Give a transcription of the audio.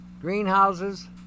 greenhouses